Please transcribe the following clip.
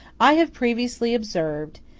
i have previously observed,